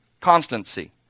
constancy